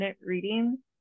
reading